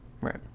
Right